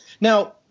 Now